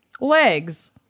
legs